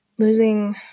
Losing